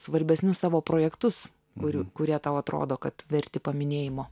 svarbesnius savo projektus kurių kurie tau atrodo kad verti paminėjimo